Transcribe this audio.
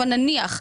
אבל נניח.